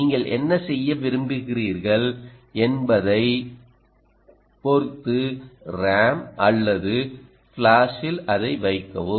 நீங்கள் என்ன செய்ய விரும்புகிறீர்கள் என்பதைப் பொறுத்து ரேம் அல்லது ஃபிளாஷில் அதை வைக்கவும்